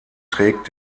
trägt